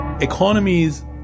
Economies